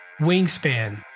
wingspan